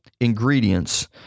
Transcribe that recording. ingredients